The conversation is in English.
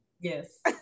Yes